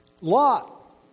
Lot